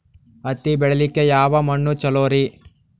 ಹತ್ತಿ ಬೆಳಿಲಿಕ್ಕೆ ಯಾವ ಮಣ್ಣು ಚಲೋರಿ?